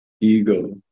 ego